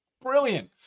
Brilliant